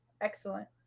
excellent